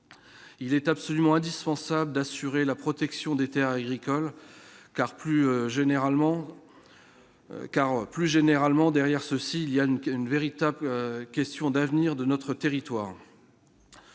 il est absolument indispensable d'assurer la protection des Terres agricoles car plus généralement car plus généralement derrière ceci il y a une véritable question d'avenir de notre territoire